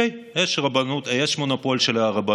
אוקיי, יש מונופול של הרבנות,